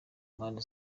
mpande